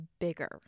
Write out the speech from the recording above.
bigger